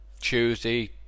Tuesday